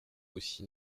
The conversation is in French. aussi